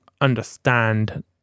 understand